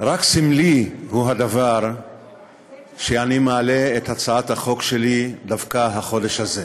רק סמלי הוא הדבר שאני מעלה את הצעת החוק שלי דווקא החודש הזה.